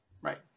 right